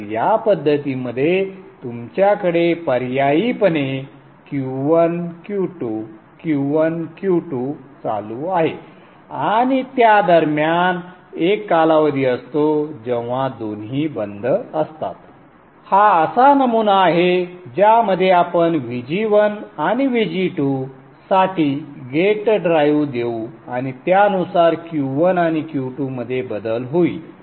तर या पद्धतीमध्ये तुमच्याकडे पर्यायीपणे Q1 Q2 Q1 Q2 चालू आहे आणि त्यादरम्यान एक कालावधी असतो जेव्हा दोन्ही बंद असतात हा असा नमुना आहे ज्यामध्ये आपण Vg1 आणि Vg2साठी गेट ड्राइव्ह देऊ आणि त्यानुसार Q1 आणि Q2 मध्ये बदल होईल